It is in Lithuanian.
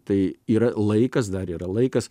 tai yra laikas dar yra laikas